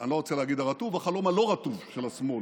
אני לא רוצה לומר הרטוב, החלום הלא-רטוב של השמאל.